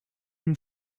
him